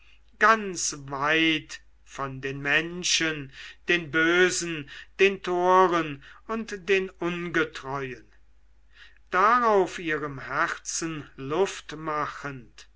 ganz weit von den menschen den bösen den toren und den ungetreuen darauf ihrem herzen